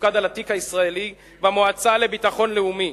שמופקד על התיק הישראלי במועצה לביטחון לאומי,